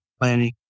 Planning